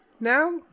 now